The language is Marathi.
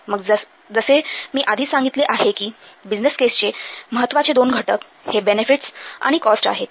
मग मी जसे आधीच सांगितले आहे कि बिझनेस केसचे महत्त्वाचे दोन घटक हे बेनिफिट्स आणि कॉस्ट आहेत